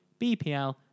BPL